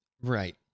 Right